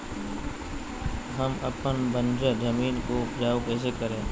हम अपन बंजर जमीन को उपजाउ कैसे करे?